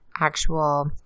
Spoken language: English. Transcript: actual